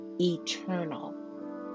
eternal